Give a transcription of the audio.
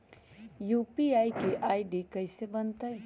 UPI के ID कैसे बनतई?